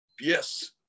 yes